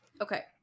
Okay